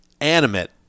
animate